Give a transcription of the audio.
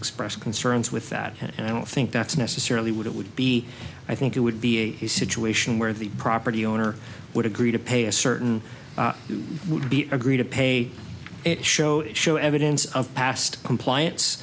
expressed concerns with that and i don't think that's necessarily what it would be i think it would be a situation where the property owner would agree to pay a certain agree to pay it show it show evidence of past compliance